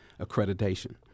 accreditation